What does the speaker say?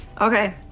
Okay